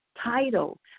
title